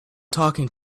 talking